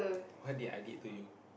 what did i did to you